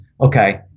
Okay